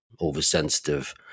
oversensitive